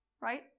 right